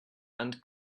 and